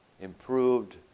improved